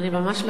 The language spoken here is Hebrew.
מה יש לנו?